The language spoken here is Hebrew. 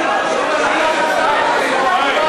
השרה רגב.